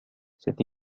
cette